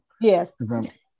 Yes